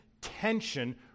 tension